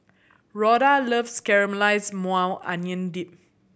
Rhoda loves Caramelized Maui Onion Dip